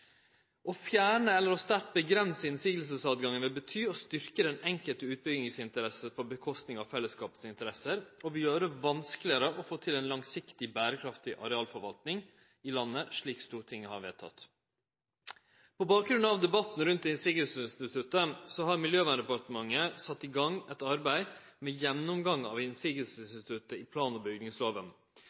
Å fjerne eller sterkt avgrense motsegnstilgangen betyr å styrkje den enkeltes utbyggingsinteresse som går ut over fellesskapets interesser, og det vil gjere det vanskelegare å få til ei langsiktig, berekraftig arealforvalting i landet, slik Stortinget har vedteke. På bakgrunn av debatten rundt motsegnsinstituttet har Miljøverndepartementet sett i gang eit arbeid med gjennomgang av motsegnsinstituttet i plan- og